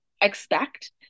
expect